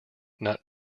not